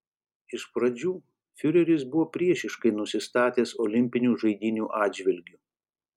iš pradžių fiureris buvo priešiškai nusistatęs olimpinių žaidynių atžvilgiu